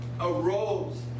arose